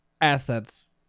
assets